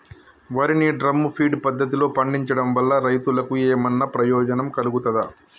వరి ని drum feed పద్ధతిలో పండించడం వల్ల రైతులకు ఏమన్నా ప్రయోజనం కలుగుతదా?